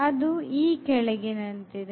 ಅದು ಈ ಕೆಳಗಿನಂತಿದೆ